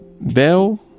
bell